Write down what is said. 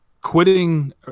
quitting